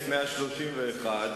אורלב.